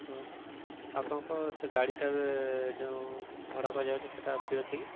ହଁ ଆପଣଙ୍କ ସେ ଗାଡ଼ିଟା ଏ ଯଉଁ ଭଡ଼ା ପାଇଯାଉଚି ସେଟା ଫ୍ର୍ରୀ ଅଛି କି